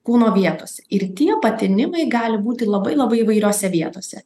kūno vietose ir tie patinimai gali būti labai labai įvairiose vietose